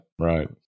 right